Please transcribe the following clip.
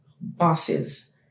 bosses